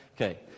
Okay